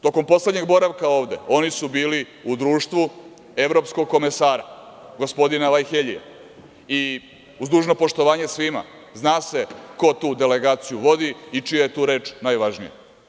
Tokom poslednjeg boravka ovde oni su bili u društvu evropskog komesara, gospodina Varheljija i uz dužno poštovanje svima, zna se ko tu delegaciju vodi i čija je tu reč najvažnija.